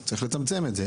צריך לצמצם את זה.